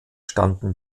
standen